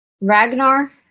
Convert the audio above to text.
Ragnar